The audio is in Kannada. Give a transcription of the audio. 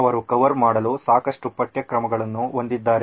ಅವರು ಕವರ್ ಮಾಡಲು ಸಾಕಷ್ಟು ಪಠ್ಯಕ್ರಮಗಳನ್ನು ಹೊಂದಿದ್ದಾರೆ